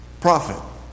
profit